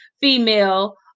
female